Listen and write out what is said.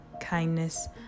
kindness